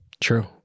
True